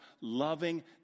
loving